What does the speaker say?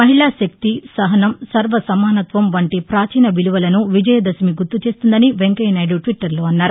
మహిళా శక్తి సహనం సర్వ సమానత్వం వంటి ప్రాచీన విలువలను విజయ దశమి గుర్తు చేస్తుందని వెంకయ్య నాయుడు ట్విట్టర్లో అన్నారు